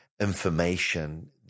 information